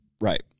Right